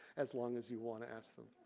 as long as you want to ask them.